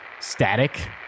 static